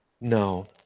No